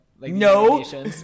No